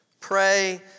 Pray